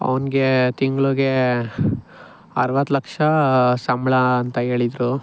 ಅವ್ನಿಗೆ ತಿಂಗ್ಳಿಗೆ ಅರವತ್ತು ಲಕ್ಷ ಸಂಬಳ ಅಂತ ಹೇಳಿದ್ರು